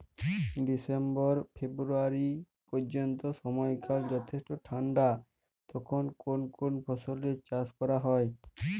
December February পর্যন্ত সময়কাল যথেষ্ট ঠান্ডা তখন কোন কোন ফসলের চাষ করা হয়?